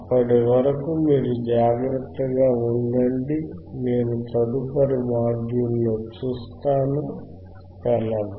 అప్పటి వరకు మీరు జాగ్రత్తగా ఉండండి నేను తదుపరి మాడ్యూల్ లో చూస్తాను శెలవు